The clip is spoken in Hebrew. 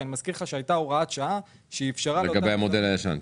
כי הייתה הוראת שעה שאפשרה -- לגבי המודל הישן.